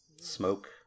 Smoke